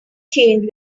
changed